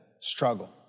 struggle